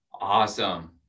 Awesome